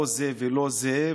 לא זה ולא זה,